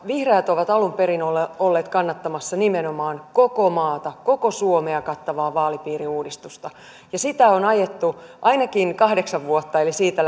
vihreät ovat alunperin olleet kannattamassa nimenomaan koko maata koko suomea kattavaa vaalipiiriuudistusta sitä on ajettu ainakin kahdeksan vuotta eli siitä